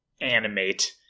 animate